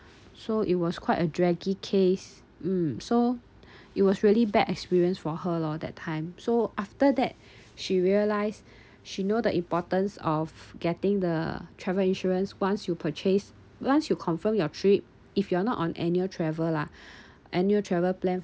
so it was quite a draggy case mm so it was really bad experience for her lor that time so after that she realized she know the importance of getting the travel insurance once you purchase once you confirm your trip if you are not on annual travel lah annual travel plan